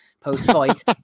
post-fight